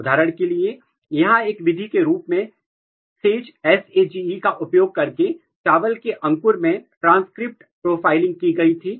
उदाहरण के लिए यहां एक विधि के रूप में SAGE का उपयोग करके चावल के अंकुर में ट्रांसक्रिप्ट प्रोफाइलिंग की गई थी